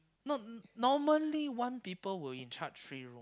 no normally one people will in charge three room